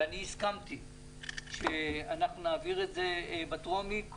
ואני הסכמתי שנעביר את זה בקריאה הטרומית,